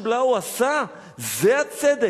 שמה שבלאו עשה זה הצדק.